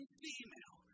female